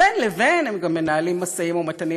ובין לבין הם גם מנהלים משאים ומתנים